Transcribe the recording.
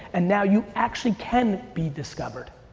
and now, you actually can be discovered?